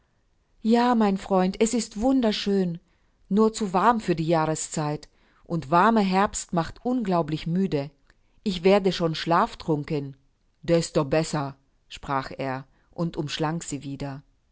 ja mein freund es ist wunderschön nur zu warm für die jahreszeit und warmer herbst macht unglaublich müde ich werde schon schlaftrunken desto besser sprach er und umschlang sie wieder